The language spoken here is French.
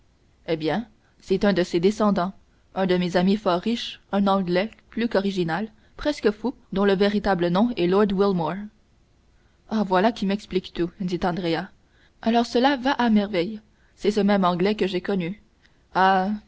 eh bien c'est un de ses descendants un de mes amis fort riche un anglais plus qu'original presque fou dont le véritable nom est lord wilmore ah voilà qui m'explique tout dit andrea alors cela va à merveille c'est ce même anglais que j'ai connu